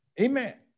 Amen